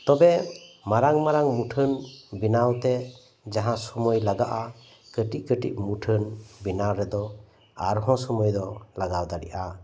ᱛᱚᱵᱮ ᱢᱟᱨᱟᱝ ᱢᱟᱨᱟᱝ ᱢᱩᱴᱷᱟᱹᱱ ᱵᱮᱱᱟᱣ ᱛᱮ ᱡᱟᱦᱟᱸ ᱥᱳᱢᱳᱭ ᱞᱟᱜᱟᱜᱼᱟ ᱠᱟᱴᱤᱡ ᱠᱟᱴᱤᱡ ᱢᱩᱴᱷᱟᱹᱱ ᱵᱮᱱᱟᱣ ᱨᱮᱫᱚ ᱟᱨ ᱦᱚᱸ ᱥᱳᱢᱳᱭ ᱫᱚ ᱞᱟᱜᱟᱣ ᱫᱟᱲᱮᱭᱟᱜᱼᱟ